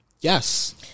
Yes